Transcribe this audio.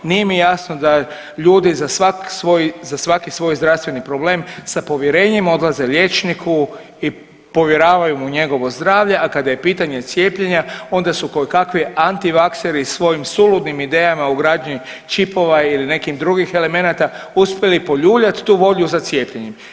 Nije mi jasno da ljudi za svaki svoj zdravstveni problem sa povjerenjem odlaze liječniku i povjeravaju mu njegovo zdravlje, a kada je pitanje cijepljenja onda su kojekakvi antivakseri svojim suludim idejama o ugradnji čipova ili nekih drugih elemenata uspjeli poljuljati tu volju za cijepljenjem.